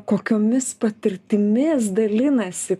kokiomis patirtimis dalinasi